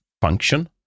function